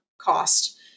cost